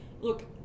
Look